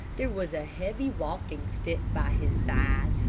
there was a heavy walking-stick by his side,